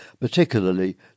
particularly